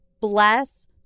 bless